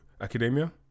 Academia